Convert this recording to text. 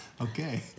Okay